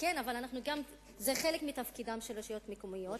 זה חלק מתפקידן של הרשויות המקומיות,